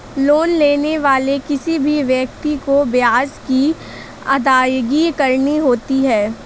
loan लेने वाले किसी भी व्यक्ति को ब्याज की अदायगी करनी होती है